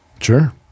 Sure